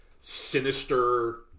sinister